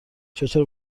چطور